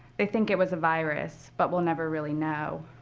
they think it was a virus, but we'll never really know